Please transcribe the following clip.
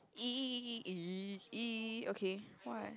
!ee! !ee! !ee! okay [what]